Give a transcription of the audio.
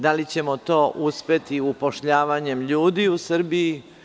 Da li ćemo to uspeti upošljavanjem ljudi u Srbiji?